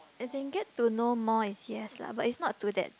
as in get to know more is yes lah but it's not to that